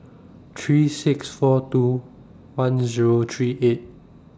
three six four two one Zero three eight